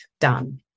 done